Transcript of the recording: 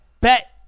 bet